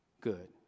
good